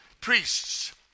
priests